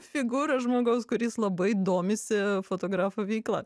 figūrą žmogaus kuris labai domisi fotografo veikla